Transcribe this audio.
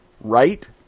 right